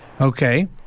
Okay